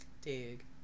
Dig